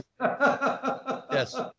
Yes